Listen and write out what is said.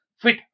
fit